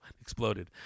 Exploded